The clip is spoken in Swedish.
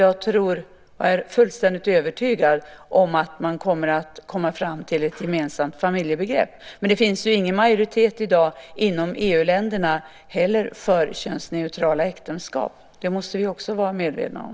Jag är fullständigt övertygad om att man kommer att komma fram till ett gemensamt familjebegrepp. Men det finns i dag ingen majoritet inom EU-länderna för könsneutrala äktenskap. Det måste vi också vara medvetna om.